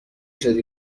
شدی